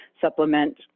supplement